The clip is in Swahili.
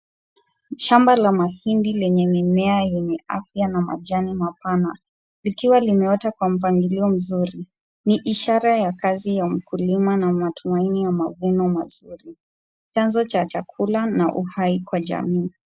Shamba la mahindi lenye mimea ya afya na majani mapana, likiwa limeota kwa mpangilio mzuri. Ni ishara ya kazi ya mkulima na matumaini ya mavuno mazuri. Chanzo cha chakula na uhai kwa jamii.